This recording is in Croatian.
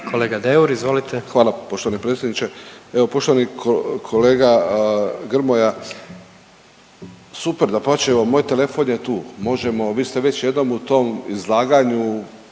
**Deur, Ante (HDZ)** Hvala poštovani predsjedniče. Evo poštovani kolega Grmoja, super, dapače, evo moj telefon je tu. Možemo, vi ste već jednom u tom izlaganju